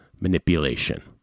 Manipulation